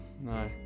no